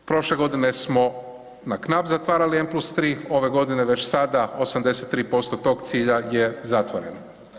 Prošle godine smo na knap zatvarali n+3 ove godine već sada 83% tog cilja je zatvoreno.